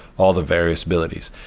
all the various abilities.